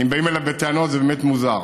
אם באים אליו בטענות, זה באמת מוזר.